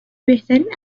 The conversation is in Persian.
بهترین